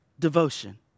Devotion